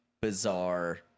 bizarre